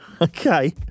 Okay